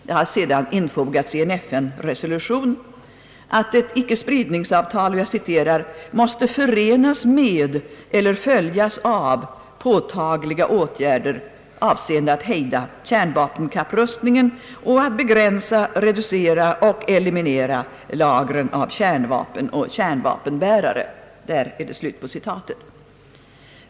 Det har senare infogats i en FN-resolution att ett icke-spridningsavtal »måste förenas med eller följas av påtagliga åtgärder avseende att hejda kärnvapenkapprustningen och att begränsa, reducera och eliminera lagren av kärnvapen och kärnvapenbärare».